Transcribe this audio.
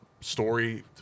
story